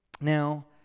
Now